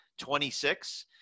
26